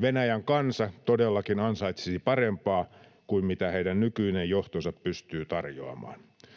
Venäjän kansa todellakin ansaitsisi parempaa kuin mitä heidän nykyinen johtonsa pystyy tarjoamaan.